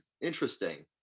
interesting